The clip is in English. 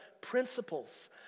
principles